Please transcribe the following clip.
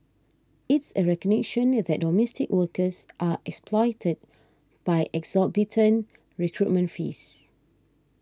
it's a recognition that domestic workers are exploited by exorbitant recruitment fees